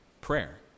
Prayer